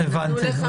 הבנתי.